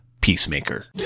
Peacemaker